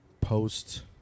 post